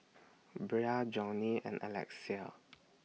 Bria Johney and Alexia